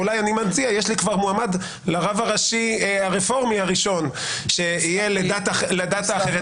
יש לי כבר מועמד לרב הראשי הרפורמי הראשי שיהיה לדת האחרת.